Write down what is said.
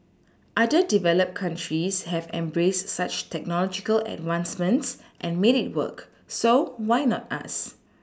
other developed countries have embraced such technological advancements and made it work so why not us